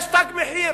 יש תג מחיר.